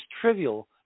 trivial